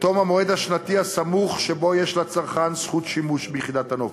בתום המועד השנתי הסמוך שבו יש לצרכן זכות שימוש ביחידת הנופש.